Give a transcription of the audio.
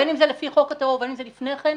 בין אם זה לפי חוק המאבק בטרור ובין אם זה לפני כן.